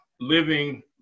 living